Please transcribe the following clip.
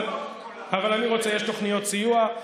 יש תוכניות סיוע?